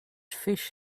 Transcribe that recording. fish